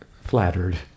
flattered